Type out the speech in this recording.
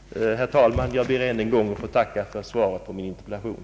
Herr talman! Jag ber än en gång få tacka statsrådet för svaret på min interpellation.